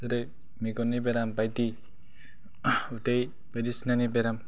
जेरै मेगननि बेराम बायदि उदै बायदिसिनानि बेरामफोरखौ